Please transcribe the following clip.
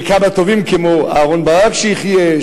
וכמה טובים כמו אהרן ברק שיחיה,